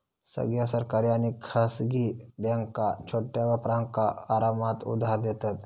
सगळ्या सरकारी आणि खासगी बॅन्का छोट्या व्यापारांका आरामात उधार देतत